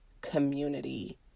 community